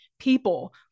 People